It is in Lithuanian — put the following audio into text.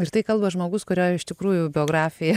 ir tai kalba žmogus kurio iš tikrųjų biografija